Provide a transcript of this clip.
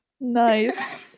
Nice